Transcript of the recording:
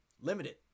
limited